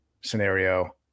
scenario